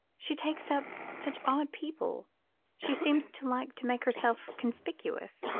she takes up such odd people she seems to like to make herself conspicuous.